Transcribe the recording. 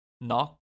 Knock